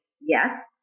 yes